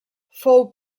fou